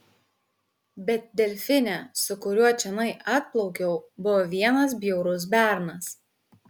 bet delfine su kuriuo čionai atplaukiau buvo vienas bjaurus bernas